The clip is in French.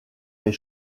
les